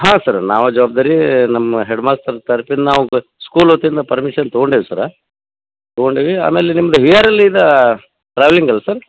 ಹಾಂ ಸರ ನಾವು ಜವಬ್ದಾರಿ ನಮ್ಮ ಹೆಡ್ಮಾಸ್ಟರ್ ತೆರಪಿನ ನಾವು ಬ ಸ್ಕೂಲ್ ವತಿಯಿಂದ ಪರ್ಮಿಶನ್ ತಕೊಂಡೀವಿ ಸರ ತಕೊಂಡೀವಿ ಆಮೇಲೆ ನಿಮ್ದು ವಿ ಆರ್ ಎಲ್ದ ಟ್ರಾವಲಿಂಗ್ ಅಲ್ಲಾ ಸರ್